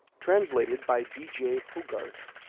translated by d. j. hogarth